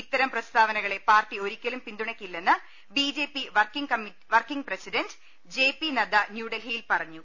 ഇത്തരം പ്രസ്താവനകളെ പാർട്ടി ഒരിക്കലും പിന്തു ണക്കില്ലെന്ന് B J P working president J P Nadda ന്യൂഡൽഹിയിൽ പറഞ്ഞു